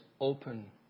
open